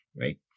Right